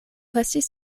restis